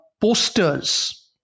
posters